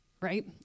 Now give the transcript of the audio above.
right